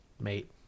Mate